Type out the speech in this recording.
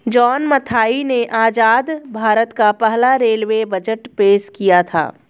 John Mathai ने आजाद भारत का पहला रेलवे बजट पेश किया था